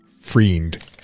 friend